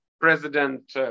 president